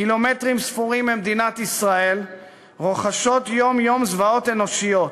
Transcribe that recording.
קילומטרים ספורים ממדינת ישראל רוחשות יום-יום זוועות אנושיות,